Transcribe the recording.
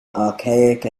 archaic